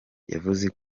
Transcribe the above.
yavuze